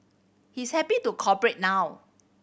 he's happy to cooperate now